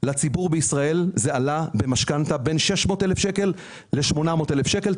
שלציבור בישראל זה עלה במשכנתא בין 600,000 שקל ל-800,000 שקל,